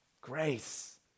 grace